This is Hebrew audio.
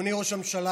אדוני ראש הממשלה,